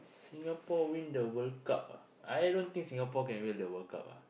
Singapore win the World-Cup ah I don't think Singapore can win the World-Cup ah